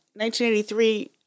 1983